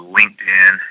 LinkedIn